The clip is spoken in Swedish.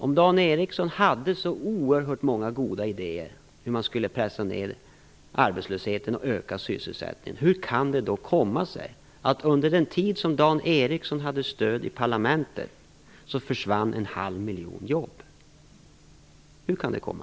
Om nu Dan Ericsson hade så oerhört många goda idéer om hur man skulle kunna pressa ned arbetslösheten och öka sysselsättningen, hur kan det då komma sig att det försvann en halv miljon jobb under den tid då Dan Ericsson hade stöd i parlamentet?